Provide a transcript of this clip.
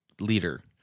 leader